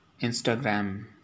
Instagram